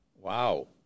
Wow